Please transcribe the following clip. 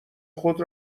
خود